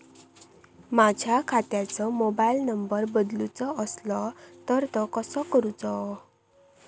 माझ्या खात्याचो mobile number बदलुचो असलो तर तो कसो करूचो?